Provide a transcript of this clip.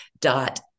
dot